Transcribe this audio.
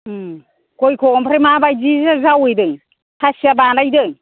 उम गयखौ ओमफ्राय माबायदि जावयैदों खासिया बानायदों